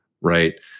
right